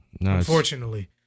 Unfortunately